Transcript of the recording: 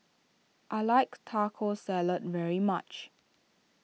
I like Taco Salad very much